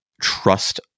trust